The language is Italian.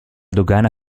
dogana